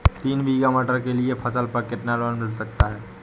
तीन बीघा मटर के लिए फसल पर कितना लोन मिल सकता है?